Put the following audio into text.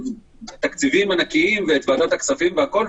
תקציבים ענקיים ואת ועדת הכספים וכולי,